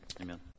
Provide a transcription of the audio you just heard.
Amen